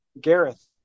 Gareth